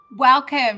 Welcome